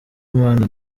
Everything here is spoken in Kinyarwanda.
impano